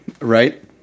Right